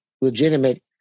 legitimate